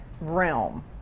realm